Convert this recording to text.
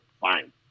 Fine